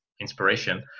inspiration